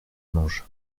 mange